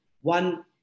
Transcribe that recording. One